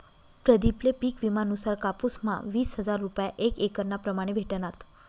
प्रदीप ले पिक विमा नुसार कापुस म्हा वीस हजार रूपया एक एकरना प्रमाणे भेटनात